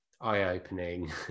eye-opening